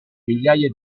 migliaia